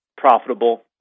profitable